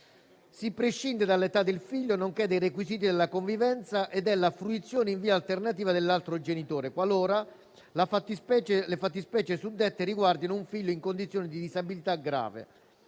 Si prescinde dall'età del figlio nonché dai requisiti della convivenza e della fruizione in via alternativa all'altro genitore qualora le fattispecie suddette riguardino un figlio in condizioni di disabilità grave.